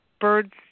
Birds